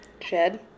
Shed